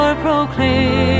proclaim